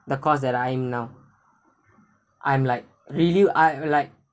the course that I am now I'm like really I like